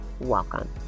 welcome